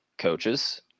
coaches